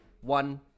One